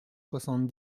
soixante